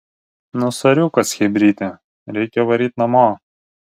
nu soriukas chebryte reikia varyt namo